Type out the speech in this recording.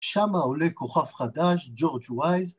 ‫שמה עולה כוכב חדש, ג'ורג' ווייז,